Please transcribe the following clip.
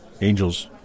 angels